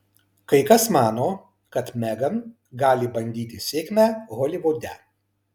kai kas mano kad megan gali bandyti sėkmę holivude